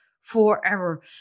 forever